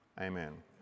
amen